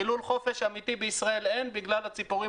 כי לול חופש אמיתי בישראל אין בגלל הציפורים